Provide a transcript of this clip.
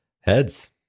Heads